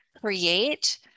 create